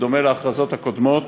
בדומה להכרזות הקודמות